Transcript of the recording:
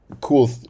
Cool